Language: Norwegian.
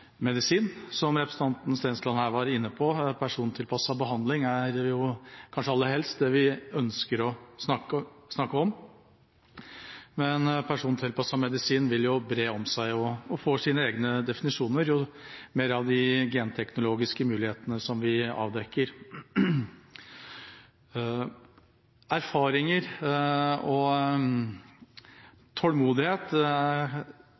medisin. Som representanten Stensland her var inne på, er persontilpasset behandling det vi kanskje aller helst ønsker å snakke om. Men persontilpasset medisin vil bre seg og få sine egne definisjoner jo flere av de genteknologiske mulighetene vi avdekker. Erfaringer